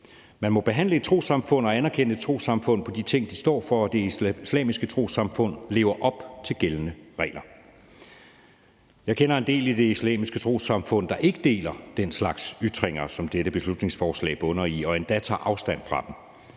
Man må behandle et trossamfund og anerkende et trossamfund på de ting, de står for, og Det Islamiske Trossamfund lever op til gældende regler. Jeg kender en del i Det Islamiske Trossamfund, der ikke deler den slags ytringer, som dette beslutningsforslag bunder i, og endda tager afstand fra dem.